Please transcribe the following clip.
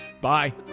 Bye